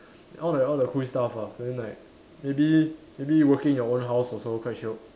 all the all the cool stuff ah then like maybe maybe working in your own house also quite shiok